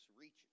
reaches